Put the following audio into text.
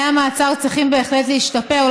תנאי המעצר צריכים בהחלט להשתפר.